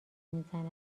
میزند